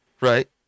Right